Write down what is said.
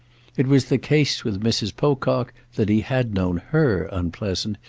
it was the case with mrs. pocock that he had known her unpleasant,